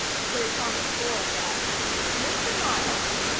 sir thomas boyd asked mr. miles?